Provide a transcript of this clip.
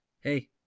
hey